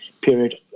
period